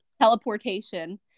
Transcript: Teleportation